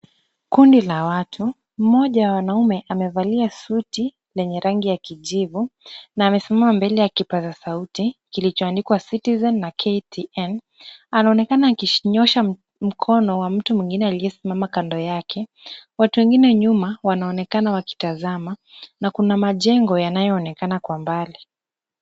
Kundi la watu. Mmoja wa wanaume amevalia suti lenye rangi ya kijivu na amesimama mbele ya kipaza sauti kilichoandikwa Citizen na KTN anaonekana akinyoosha mkono wa mtu mwingine aliyesimama kando yake. Watu wengine nyuma wanaonekana wakitazama na kuna majengo yanayoonekana kwa mbali.